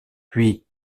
puis